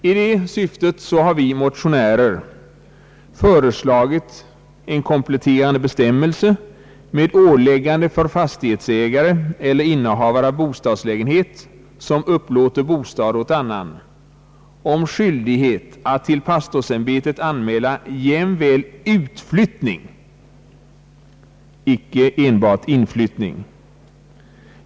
I det syftet har vi motionärer föreslagit en kompletterande bestämmelse med åläggande för fastighetsägare eller innehavare av bostadslägenhet, som upplåter bostad åt annan, om skyl dighet att till pastorsämbetet anmäla jämväl utflyttning, icke enbart inflyttning.